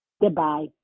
Goodbye